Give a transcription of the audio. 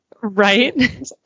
Right